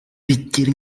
bigira